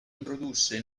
introdusse